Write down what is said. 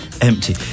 Empty